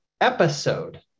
episode